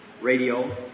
Radio